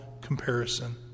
comparison